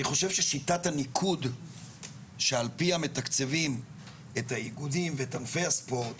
אני חושב ששיטת הניקוד שעל פיה מתקצבים את האיגודים ואת ענפי הספורט